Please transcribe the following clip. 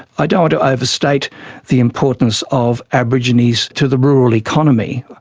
i don't want to overstate the importance of aborigines to the rural economy,